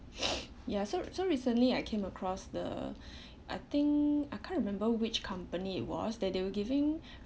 ya so so recently I came across the I think I can't remember which company it was that they were giving